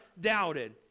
doubted